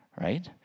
Right